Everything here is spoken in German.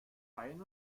keinen